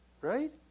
Right